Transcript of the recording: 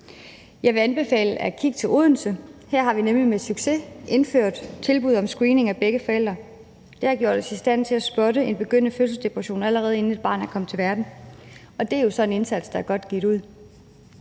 Jeg vil anbefale at kigge til Odense, hvor vi med succes har indført tilbud om screening af begge forældre, og det har gjort os i stand til at spotte en begyndende fødselsdepression, allerede inden et barn er kommet til verden, og det er jo så indsats, der har betalt sig.